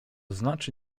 znaczy